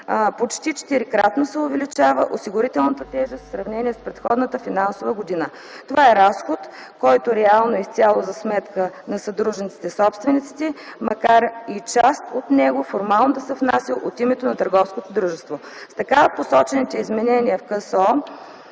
четирикратно се увеличава осигурителната тежест в сравнение с предходната финансова година. Това е разход, който реално е изцяло за сметка на съдружниците/собствениците, макар и част от него формално да се внася от името на търговското дружество. С така посочените изменения в КСО,